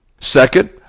Second